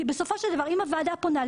כי בסופו של דבר אם הוועדה פונה,